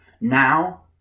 Now